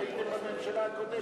ההצעה הוגשה כשהייתם בממשלה הקודמת.